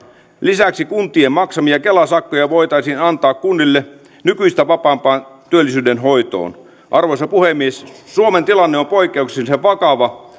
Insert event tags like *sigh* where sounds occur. lisäksi kuntien maksamia kela sakkoja voitaisiin antaa kunnille nykyistä vapaampaan työllisyyden hoitoon arvoisa puhemies suomen tilanne on poikkeuksellisen vakava *unintelligible*